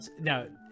no